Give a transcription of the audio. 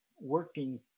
working